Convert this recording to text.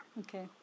Okay